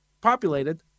populated